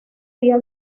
día